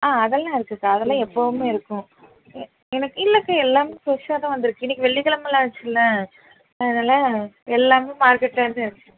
ஆ அதெல்லாம் இருக்குதுக்கா அதெல்லாம் எப்பவுமே இருக்கும் எ என்னக் இல்லைக்கா எல்லாமே ஃப்ரெஷ்ஷாகதான் வந்திருக்கு இன்னைக்கு வெள்ளிக்கெழமையில ஆச்சுல்ல அதனால் எல்லாமே மார்கெட்டிலேருந்துதான்